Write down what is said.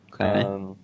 Okay